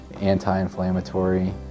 anti-inflammatory